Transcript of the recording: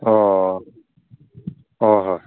ꯑꯣ ꯍꯣꯏ ꯍꯣꯏ